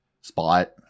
Spot